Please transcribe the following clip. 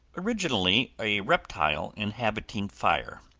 originally a reptile inhabiting fire